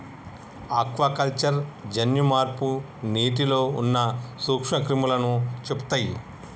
aquaculture జన్యు మార్పు నీటిలో ఉన్న నూక్ష్మ క్రిములని చెపుతయ్